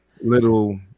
little